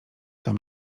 tam